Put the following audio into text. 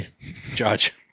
Judge